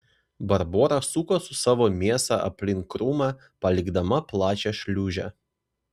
barbora suko su savo mėsa aplink krūmą palikdama plačią šliūžę